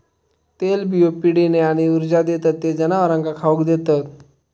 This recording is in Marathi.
तेलबियो पिढीने आणि ऊर्जा देतत ते जनावरांका खाउक देतत